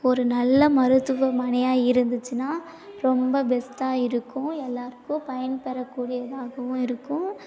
ஒரு நல்ல மருத்துவமனையாக இருந்துச்சுனா ரொம்ப பெஸ்ட்டாக இருக்கும் எல்லோருக்கும் பயன்தரக்கூடியதாகவும் இருக்கும்